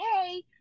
hey